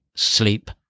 Sleep